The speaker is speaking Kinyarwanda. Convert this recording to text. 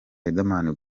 riderman